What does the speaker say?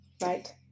Right